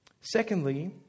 Secondly